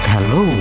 Hello